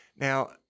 Now